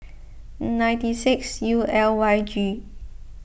ninety six U L Y G